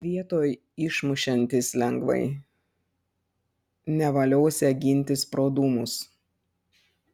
vietoj išmušiantis lengvai nevaliosią gintis pro dūmus